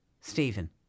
Stephen